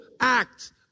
act